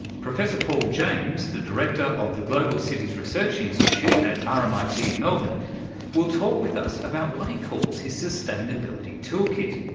professor paul james, the director of the global cities research institute at ah rmit in and melbourne will talk with us about what he calls his sustainability toolkit,